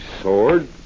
sword